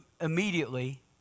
immediately